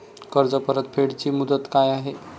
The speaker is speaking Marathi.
कर्ज परतफेड ची मुदत काय आहे?